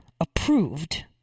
approved